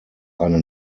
eine